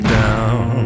down